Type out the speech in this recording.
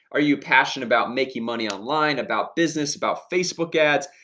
are you passionate about making money online about business about facebook ads?